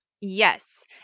Yes